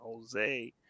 Jose